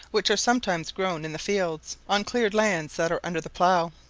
which are sometimes grown in the fields, on cleared lands that are under the plough.